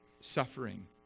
suffering